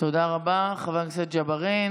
תודה רבה, חבר הכנסת ג'בארין.